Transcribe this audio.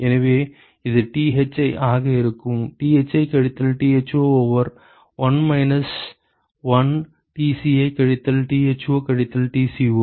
எனவே இது Thi ஆக இருக்கும் Thi கழித்தல் Tho ஓவர் 1 மைனஸ் 1 Tci கழித்தல் Tho கழித்தல் Tco